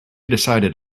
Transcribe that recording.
decided